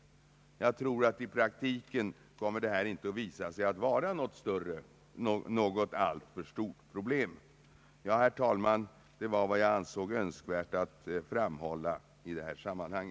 Jag tror att detta i prak tiken inte kommer att visa sig vara något alltför stort problem. Herr talman! Det var vad jag ansåg önskvärt att framhålla i detta sammanhang.